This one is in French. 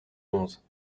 onze